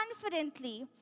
confidently